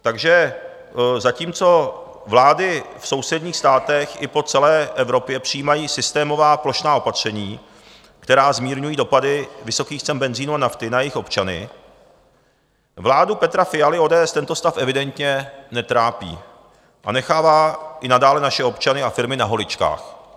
Takže zatímco vlády v sousedních státech i po celé Evropě přijímají systémová plošná opatření, která zmírňují dopady vysokých cen benzinu a nafty na jejich občany, vládu Petra Fialy a ODS tento stav evidentně netrápí a nechává i nadále naše občany a firmy na holičkách.